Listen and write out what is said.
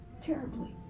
terribly